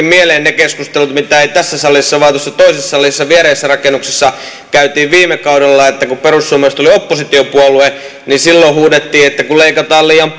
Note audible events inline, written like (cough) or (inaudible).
(unintelligible) mieleen ne keskustelut mitä ei tässä salissa vaan tuossa toisessa salissa viereisessä rakennuksessa käytiin viime kaudella kun perussuomalaiset oli oppositiopuolue niin silloin huudettiin että kun leikataan liian (unintelligible)